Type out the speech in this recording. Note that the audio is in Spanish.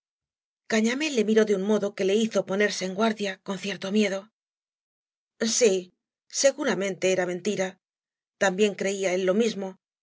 cañamél le miró de un modo que le hizo ponerfiíe en guardia con cierto miedo sí seguramente era mentira también creía él lo mismo